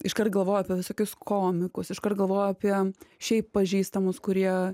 iškart galvoju apie visokius komikus iškart galvoju apie šiaip pažįstamus kurie